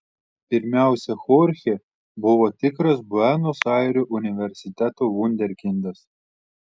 pirmiausia chorchė buvo tikras buenos airių universiteto vunderkindas